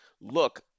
look